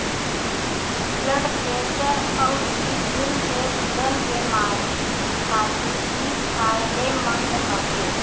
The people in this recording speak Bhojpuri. ब्लड प्रेशर अउरी दिल से जुड़ल बेमारी खातिर इ फायदेमंद हवे